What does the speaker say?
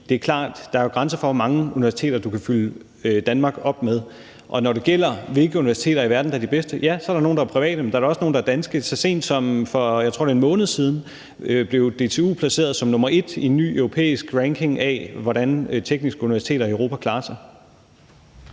Det er klart, at der jo er grænser for, hvor mange universiteter du kan fylde Danmark op med. Når det gælder, hvilke universiteter i verden der er de bedste, så er der nogle, der er private, ja, men der er da også nogle, der er danske. Så sent som for, jeg tror, det er en måned siden, blev DTU placeret som nummer et i en ny europæisk ranking af, hvordan tekniske universiteter i Europa klarer sig.